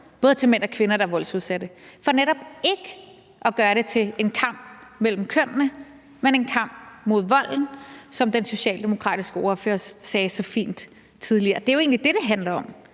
både til mænd og kvinder, der er voldsudsatte, for netop ikke at gøre det til en kamp mellem kønnene, men en kamp mod volden, som den socialdemokratiske ordfører sagde så fint tidligere. Det er jo egentlig det, det handler om;